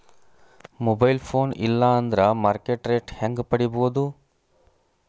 Mobile phone ಇಲ್ಲಾ ಅಂದ್ರ market rate ಹೆಂಗ್ ಪಡಿಬೋದು?